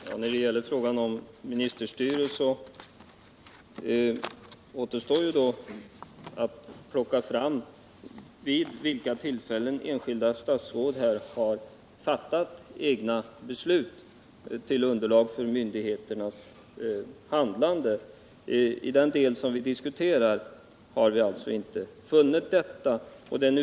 Herr talman! När det gäller frågan om ministerstyrelse återstår att plocka fram vid vilka tillfällen enskilda statsråd har fattat egna beslut till underlag för myndigheternas handlande. I det avsnitt som vi nu diskuterar har vi inte funnit något sådant.